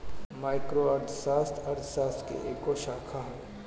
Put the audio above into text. micro अर्थशास्त्र, अर्थशास्त्र के एगो शाखा हवे